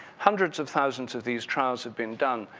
hundreds of thousands of these trials have been done.